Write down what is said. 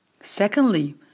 Secondly